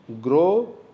Grow